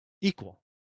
equal